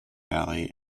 valley